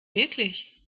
wirklich